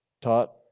taught